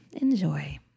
Enjoy